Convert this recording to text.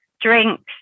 drinks